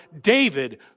David